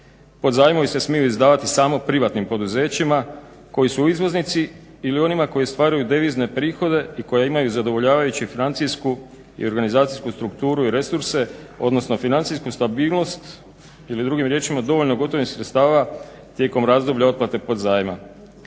Podzajmovi se smiju izdavati samo privatnim poduzećima koji su izvoznici ili onima koji stvaraju devizne prihode i koji imaju zadovoljavajuću financijsku i organizacijsku strukturu i resurse odnosno financijsku stabilnost ili drugim riječima dovoljno gotovinskih sredstava tijekom razdoblja otplate podzajma.